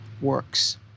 works